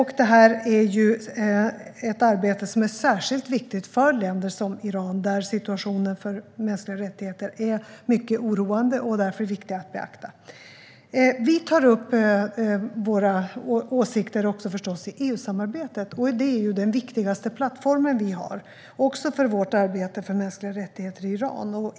Det är ett arbete som är särskilt viktigt för länder som Iran, där situationen för mänskliga rättigheter är mycket oroande och därför viktig att beakta. Vi tar förstås upp våra åsikter också i EU-samarbetet. Det är ju den viktigaste plattformen vi har - också för vårt arbete för mänskliga rättigheter i Iran.